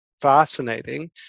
fascinating